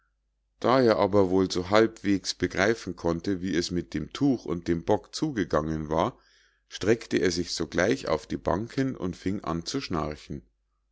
da er aber wohl so halbweges begreifen konnte wie es mit dem tuch und dem bock zugegangen war streckte er sich sogleich auf die bank hin und fing an zu schnarchen